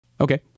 Okay